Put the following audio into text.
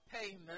payment